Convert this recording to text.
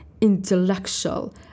intellectual